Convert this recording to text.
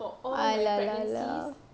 !aiya! ya ya